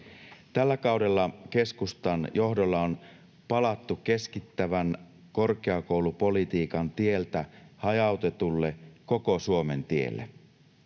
Tällä kaudella keskustan johdolla on palattu keskittävän korkeakoulupolitiikan tieltä hajautetulle koko Suomen tielle.